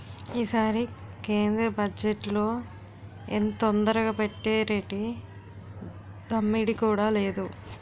ఈసారి కేంద్ర బజ్జెట్లో ఎంతొరగబెట్టేరేటి దమ్మిడీ కూడా లేదు